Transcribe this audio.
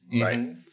Right